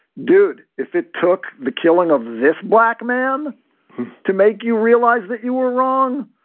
dude, if it took the killing of this black man to make you realize that you were wrong.